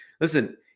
listen